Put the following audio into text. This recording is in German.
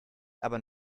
aber